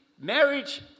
marriage